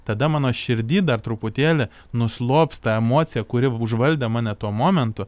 tada mano širdyje dar truputėlį nuslopsta emocija kuri užvaldė mane tuo momentu